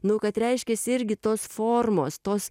nu kad reiškias irgi tos formos tos